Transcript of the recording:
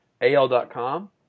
AL.com